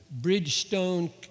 Bridgestone